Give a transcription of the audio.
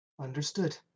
Understood